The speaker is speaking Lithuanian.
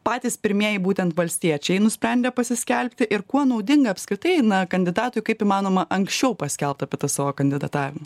patys pirmieji būtent valstiečiai nusprendė pasiskelbti ir kuo naudinga apskritai na kandidatui kaip įmanoma anksčiau paskelbt apie tą savo kandidatavimą